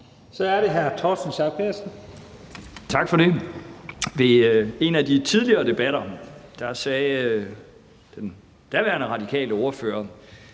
Kl. 11:50 Torsten Schack Pedersen (V): Tak for det. I en af de tidligere debatter sagde den daværende radikale ordfører: